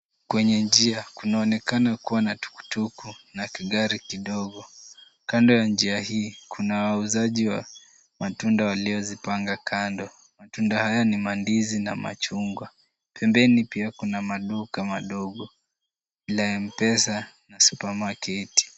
Kwenye njia kunaonekana kuwa na tukutuku na kigari kidogo. Kando ya njia hii, kuna wauzaji wa matunda waliozipanga kando. Matunda haya ni mandizi na machungwa. Pembeni pia kuna maduka madogo, la M-Pesa na supamaketi .